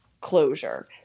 closure